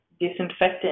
disinfectant